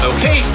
Okay